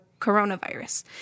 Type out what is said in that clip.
coronavirus